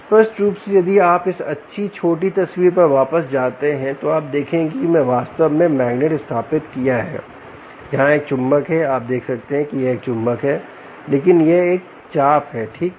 स्पष्ट रूप से यदि आप इस अच्छी छोटी तस्वीर पर वापस जाते हैं तो आप देखेंगे कि मैं वास्तव में मैग्नेट स्थापित किया है यहाँ एक चुंबक है आप देख सकते हैं कि यह एक चुंबक है लेकिन यह एक चाप है ठीक